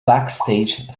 backstage